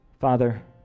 Father